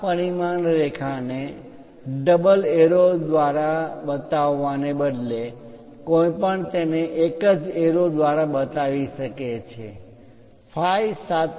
આ પરિમાણ રેખાને ડબલ એરો બે એરો દ્વારા બતાવવા ને બદલે કોઈપણ તેને એક જ એરો દ્વારા બતાવી શકે છે phi 7